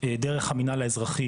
דרך המנהל האזרחי,